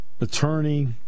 attorney